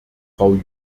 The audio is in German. frau